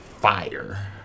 fire